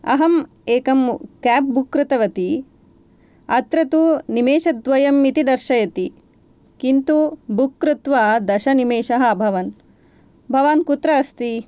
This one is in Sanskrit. अहम् एकं केब् बुक् कृतवती अत्र तु निमेषद्वयम् इति दर्शयति किन्तु बुक् कृत्वा दशनिमेषाः अभवन् भवान् कुत्र अस्ति